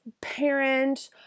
parent